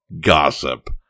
gossip